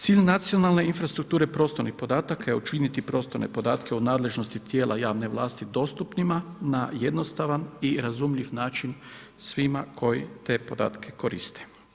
Cilj nacionalne infrastrukture prostornih podataka je učiniti prostorne podatke u nadležnosti tijela javne vlasti dostupnima na jednostavan i razumljiv način svima koji te podatke koriste.